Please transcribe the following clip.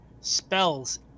spells